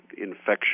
infection